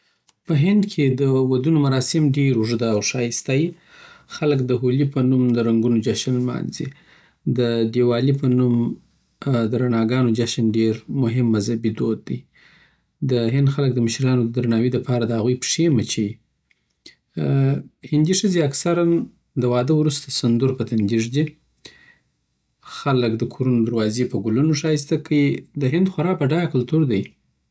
په هند کې د ودونو مراسم ډېر اوږده اوښایسته وي خلک د هولي په نوم د رنګونو جشن لمانځي د دیوالی په نوم د رڼاګانو جشن ډېر مهم مذهبي دود دی د هند خلک دمشرانو ددرناوی دپاره دهغوی پښی مچوی هندي ښځې اکثرآ د واده څخه وروسته سینډور په اتندی ږدی خلک د کورونو دروازې په ګولونو ښایسته کوی د هند خوار بډایه کلتور لری